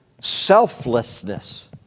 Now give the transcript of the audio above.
selflessness